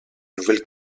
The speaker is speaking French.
nouvelle